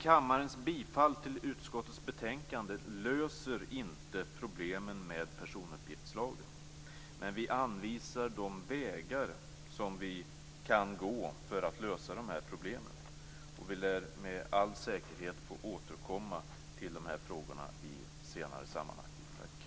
Kammarens bifall till utskottets hemställan löser inte problemen med personuppgiftslagen, men vi anvisar de vägar som vi kan gå för att lösa dessa problem. Vi lär med all säkerhet få återkomma till dessa frågor i senare sammanhang.